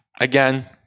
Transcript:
again